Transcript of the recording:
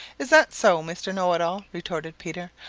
is that so, mr. know-it-all, retorted peter.